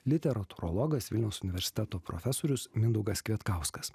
literatūrologas vilniaus universiteto profesorius mindaugas kvietkauskas